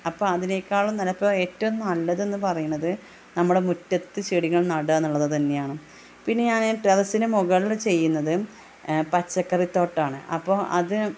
അപ്പം അതിനേക്കാളും നല്ലത് അപ്പം ഏറ്റവും നല്ലത് എന്ന് പറയുന്നത് നമ്മുടെ മുറ്റത്ത് ചെടികൾ നടുക എന്നുള്ളത് തന്നെയാണ് പിന്നെ ഞാൻ ടെറസിന് മുകളിൽ ചെയ്യുന്നത് പച്ചക്കറി തോട്ടമാണ് അപ്പോൾ അത്